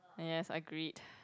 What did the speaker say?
yes agreed